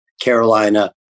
Carolina